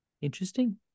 interesting